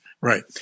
Right